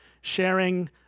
sharing